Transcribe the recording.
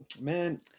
man